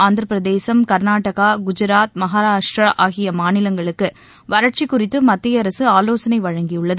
ஆந்திரப்பிரதேசம் கர்நாடகா குஜராத் மகாராஷ்டிரா ஆகிய மாநிலங்களுக்கு வறட்சி குறித்து மத்திய அரசு ஆலோசனை வழங்கியுள்ளது